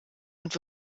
und